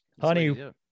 honey